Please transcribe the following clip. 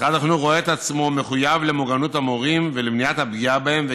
משרד החינוך רואה עצמו מחויב למוגנות המורים ולמניעת הפגיעה בהם,